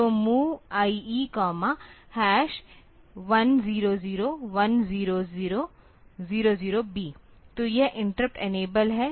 तो MOV IE 10010000 B तो यह इंटरप्ट इनेबल है